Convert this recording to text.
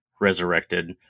resurrected